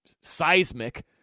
seismic